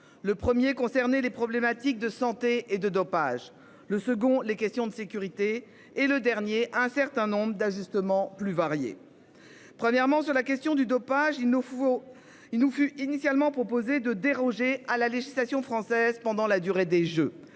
le 1er concerné les problématiques de santé et de dopage. Le second, les questions de sécurité et le dernier un certain nombre d'ajustements plus varié. Premièrement, sur la question du dopage, il nous faut il nous fut initialement proposé de déroger à la législation française pendant la durée des Jeux.